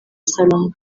salomo